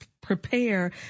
prepare